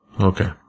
Okay